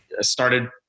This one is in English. started